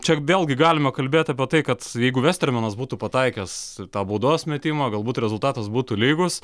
čia vėlgi galime kalbėt apie tai kad jeigu vestermenas būtų pataikęs tą baudos metimą galbūt rezultatas būtų lygus